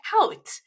out